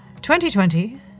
2020